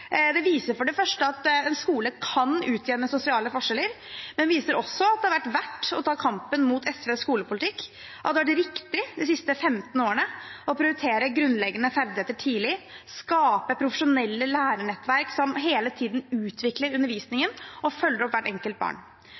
Det viser for det første at en skole kan utjevne sosiale forskjeller. Det viser også at det har vært verdt å ta kampen mot SVs skolepolitikk, at det har vært riktig de siste 15 årene å prioritere grunnleggende ferdigheter tidlig og å skape profesjonelle lærenettverk som hele tiden utvikler undervisningen og følger opp hvert enkelt barn.